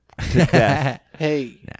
Hey